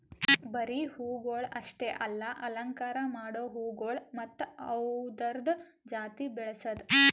ಬರೀ ಹೂವುಗೊಳ್ ಅಷ್ಟೆ ಅಲ್ಲಾ ಅಲಂಕಾರ ಮಾಡೋ ಹೂಗೊಳ್ ಮತ್ತ ಅವ್ದುರದ್ ಜಾತಿ ಬೆಳಸದ್